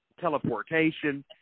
teleportation